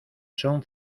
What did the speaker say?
son